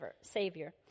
Savior